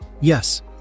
yes